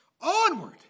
Onward